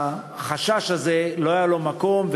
והחשש הזה לא היה לו מקום.